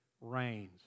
reigns